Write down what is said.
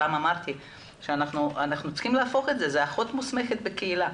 כבר אמרתי שאנחנו צריכים להפוך את זה לאחות מעשית בקהילה.